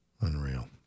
Unreal